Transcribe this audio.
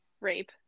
rape